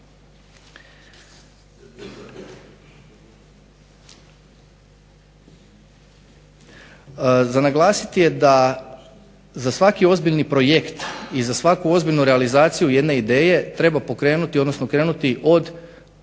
Za naglasiti je da za savki ozbiljni projekt i za svaku ozbiljnu realizaciju jedne ideje treba pokrenuti odnosno krenuti od